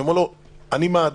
אני אומר לו: אני מעדיף,